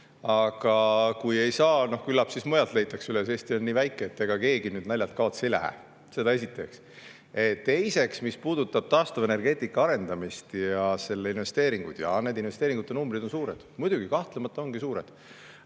Aga kui ei saa, no küllap mujalt leitakse üles. Eesti on nii väike, et ega keegi siin naljalt kaotsi ei lähe. Seda esiteks. Teiseks, mis puudutab taastuvenergeetika arendamist ja selle investeeringuid, siis jaa, need investeeringute numbrid on suured. Muidugi, kahtlemata ongi suured.